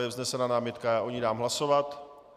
Je vznesena námitka, já o ní dám hlasovat.